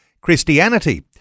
Christianity